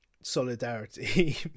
solidarity